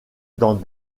dans